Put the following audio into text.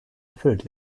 erfüllt